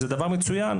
זה דבר מצוין.